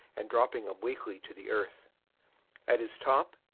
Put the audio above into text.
and dropping obliquely to the earth at its top,